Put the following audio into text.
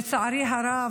לצערי הרב,